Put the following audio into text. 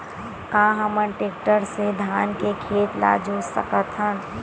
का हमन टेक्टर से धान के खेत ल जोत सकथन?